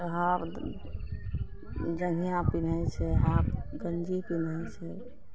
तऽ हाफ जँघिआ पिन्हय छै हाफ गञ्जी पिन्हय छै